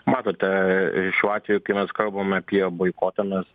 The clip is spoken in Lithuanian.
matote šiuo atveju kai mes kalbame apie boikotą mes